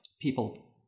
people